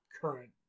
current